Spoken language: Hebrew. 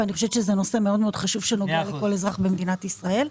אני חושבת שזה נושא מאוד מאוד חשוב שנוגע לכל אזרח במדינת ישראל.